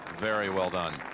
very well done.